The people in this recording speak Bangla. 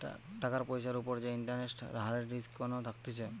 টাকার পয়সার উপর যে ইন্টারেস্ট হারের রিস্ক কোনো থাকতিছে